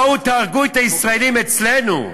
בואו תהרגו את הישראלים אצלנו.